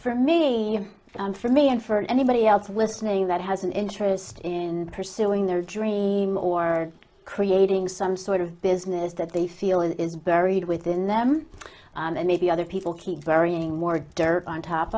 for me and for me and for anybody else listening that has an interest in pursuing their dream or creating some sort of business that they feel is buried within them and maybe other people keep burying more dirt on top